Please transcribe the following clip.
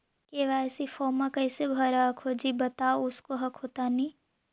KYC फॉर्मा कैसे भरा हको जी बता उसको हको तानी?